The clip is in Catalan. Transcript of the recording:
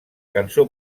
cançó